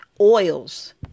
oils